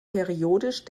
periodisch